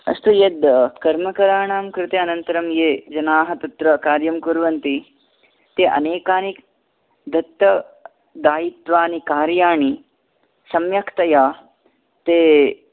अस्तु यद् कर्मकारानां कृते अनन्तरं ये जनाः तत्र कार्यं कुर्वन्ति ते अनेकानि दत्त दायित्वानि कार्याणि सम्यक्तया ते